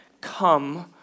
Come